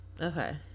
Okay